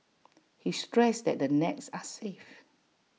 he stressed that the nets are safe